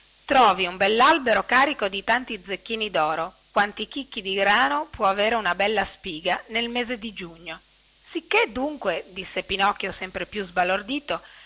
trovi trovi un bellalbero carico di tanti zecchini doro quanti chicchi di grano può avere una bella spiga nel mese di giugno sicché dunque disse pinocchio sempre più sbalordito